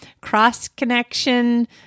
cross-connection